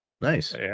Nice